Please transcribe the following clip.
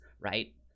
right